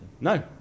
No